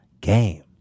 game